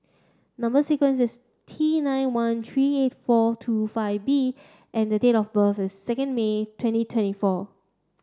number sequence is T nine one three eight four two five B and the date of birth is second May twenty twenty four